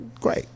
great